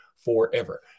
forever